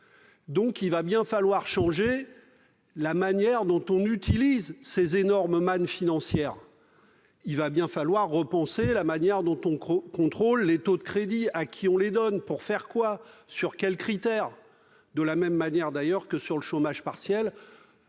donc bien falloir changer la manière dont on utilise ces énormes mannes financières. Il va bien falloir repenser la manière dont on contrôle les taux de crédit, à qui on les donne, pour faire quoi, sur quels critères, etc. C'est comme pour le chômage partiel.